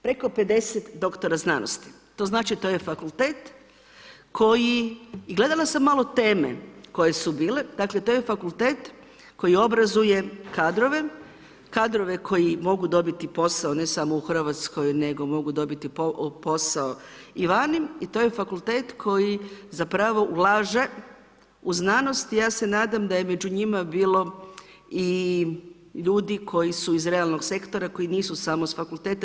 Preko 50 doktora znanosti, to znači to je fakultet koji gledala sam malo teme koje su bili, dakle, to je fakultet koji obrazuje kadrove kadrovi koji mogu dobiti posao, ne samo u Hrvatskoj, nego mogu dobiti posao i vani i to je fakultet koji zapravo ulaže u znanost i ja se nadam da je među njima bilo i ljudi koji su iz realnog sektora, koji nisu samo s fakulteta.